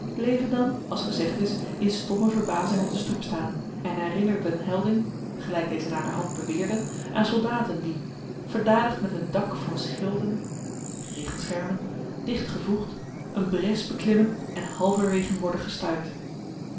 bleven dan als gezegd is in stomme verbazing op de stoep staan en herinnerden helding gelijk deze naderhand beweerde aan soldaten die verdadight met een dack van schilden regenschermen dicht gevoeght een bres beklimmen en halverwegen worden gestuit